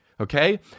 Okay